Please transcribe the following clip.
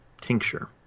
tincture